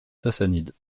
sassanides